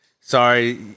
sorry